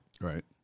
Right